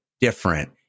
different